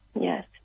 Yes